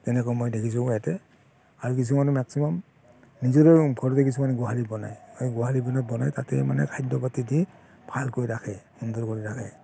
তেনেকৈ মই দেখিছোঁ ইয়াতে আৰু কিছুমান মেক্সিমাম নিজৰে ৰুম ঘৰতে কিছুমান গোহালি বনায় গোহালিবিলাক বনাই তাতেই মানে খাদ্য পাতি দি ভালকৈ ৰাখে সুন্দৰ কৰি ৰাখে